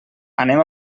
anem